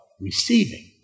receiving